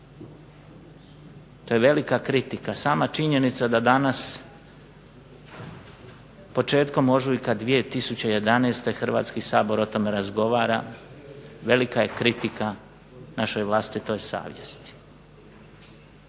To je velika kritika. Sama činjenica da danas početkom ožujka 2011. Hrvatski sabor o tome razgovara, velika je kritika našoj vlastitoj savjesti.